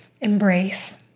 Embrace